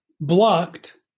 blocked